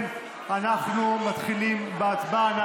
אנחנו מתחילים בהצבעה.